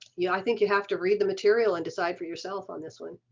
yeah, i think you have to read the material and decide for yourself on this one.